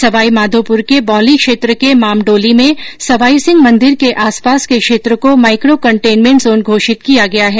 सवाईमाधोपुर के बौली क्षेत्र के मामडोली में सवाईसिंह मंदिर के आसपास के क्षेत्र को माइक्रो कंटेन्टमेंट जोन घोषित किया गया है